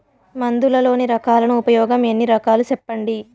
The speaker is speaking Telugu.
మందులలోని రకాలను ఉపయోగం ఎన్ని రకాలు? సెప్పండి?